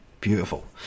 Beautiful